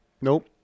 Nope